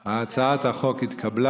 הצעת החוק התקבלה